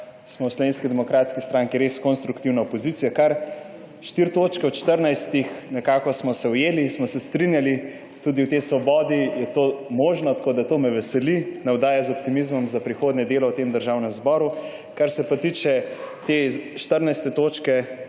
smo v Slovenski demokratski stranki res konstruktivna opozicija. V kar štirih točkah od 14 smo se nekako ujeli, smo se strinjali. Tudi v tej svobodi je to možno, tako da to me veseli, navdaja z optimizmom za prihodnje delo v tem državnem zboru. Kar se pa tiče te 14. točke